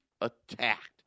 attacked